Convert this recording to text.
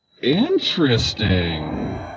Interesting